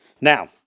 Now